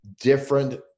different